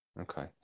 Okay